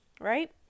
right